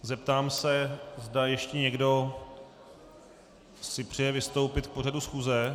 Zeptám se, zdali ještě někdo si přeje vystoupit k pořadu schůze.